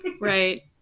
Right